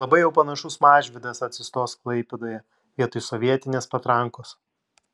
labai jau panašus mažvydas atsistos klaipėdoje vietoj sovietinės patrankos